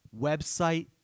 Website